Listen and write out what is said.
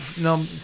no